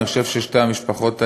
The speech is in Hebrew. אני חושב ששתי המשפחות האלה,